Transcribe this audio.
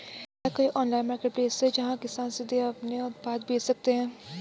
क्या कोई online marketplace है, जहां किसान सीधे अपने उत्पाद बेच सकते हैं?